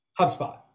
HubSpot